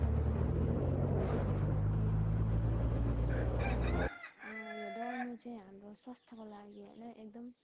अनि यो म यो पनि भन्नु चाहन्छु कि द कुद्नु चाहिँ होइन यो दौड्नु चाहिँ हाम्रो स्वास्थ्यको लागि होइन एकदम